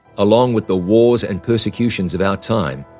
along with the wars and persecutions of our time,